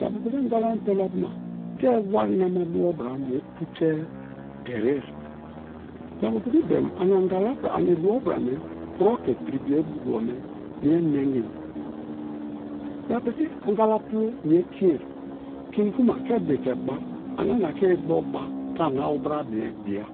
Japu pi̱ki̱ angalame pe̱le̱ ku̱ma ke wari na dwor bra pute derie. Japu̱ pi̱ki̱ beem ani anga ani dwor bra me kuro ke piri boe dwor me nengim, japu piki angala pu̱lo mie kinge kin kuma ke bite bite̱ ba ania-nia ke̱ bo̱ ba̱ te ani awu bra mie bi̱a̱.